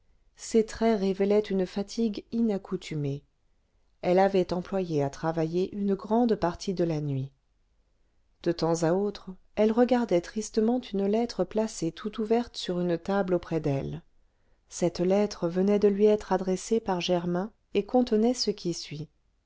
ses traits révélaient une fatigue inaccoutumée elle avait employé à travailler une grande partie de la nuit de temps à autre elle regardait tristement une lettre placée tout ouverte sur une table auprès d'elle celle lettre venait de lui être adressée par germain et contenait ce qui suit